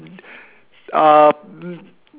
uh